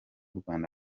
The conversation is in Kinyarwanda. rwanda